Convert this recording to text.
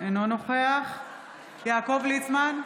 אינו נוכח יעקב ליצמן,